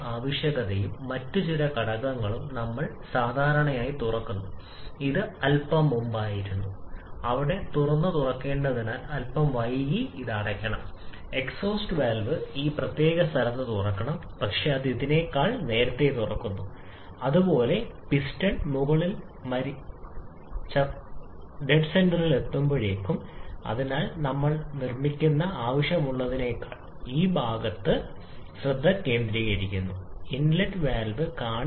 തന്നിരിക്കുന്നവയെക്കുറിച്ച് നമ്മൾ സംസാരിക്കുകയാണെങ്കിൽ നിങ്ങൾ തിരികെ പോയാൽ മീഥെയ്നിന്റെ ഉദാഹരണം 16 കിലോ അല്ലെങ്കിൽ 1 കിലോമീറ്റർ മീഥെയ്ൻ പൂർണ്ണമായി ജ്വലനം ചെയ്യാൻ നമ്മൾ ശ്രമിക്കുന്നു സ്റ്റൈക്കിയോമെട്രിക് വായു ഇന്ധന അനുപാതം ഇതായിരിക്കുമെന്നതിനാൽ ഇത് എഴുതാം അതിനാൽ ഇത് നമുക്ക് നൽകുന്നു അതിനാൽ ഒരു നിശ്ചിത അളവിലുള്ള ഇന്ധനത്തെക്കുറിച്ച് സംസാരിക്കുമ്പോൾ നമുക്ക് ഇതിനെ പ്രതിനിധീകരിക്കാൻ കഴിയും അനുബന്ധ വായുവിന്റെ അളവ്